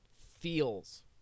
feels